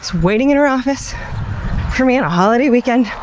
waiting in her office for me on a holiday weekend.